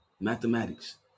mathematics